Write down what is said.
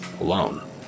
Alone